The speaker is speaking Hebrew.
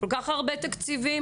כל כך הרבה תקציבים.